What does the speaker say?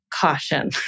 caution